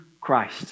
Christ